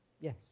Yes